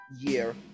year